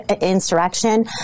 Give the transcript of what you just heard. insurrection